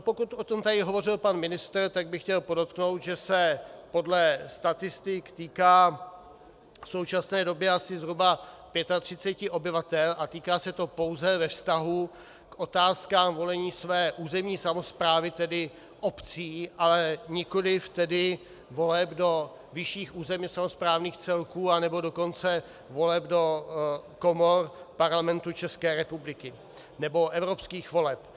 Pokud o tom hovořil pan ministr, tak bych chtěl podotknout, že se podle statistik týká v současné době asi zhruba 35 obyvatel a týká se to pouze ve vztahu k otázkám volení své územní samosprávy, tedy obcí, nikoli voleb do vyšších územně samosprávných celků, anebo dokonce voleb do komor Parlamentu České republiky nebo evropských voleb.